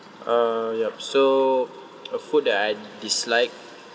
uh yup so a food that I dislike